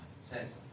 says